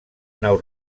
nau